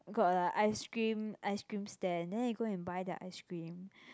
got like ice cream ice cream stand then you go and buy their ice cream